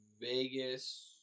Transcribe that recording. Vegas